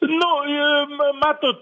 nu im matot